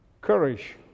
courage